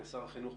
שר החינוך,